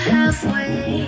Halfway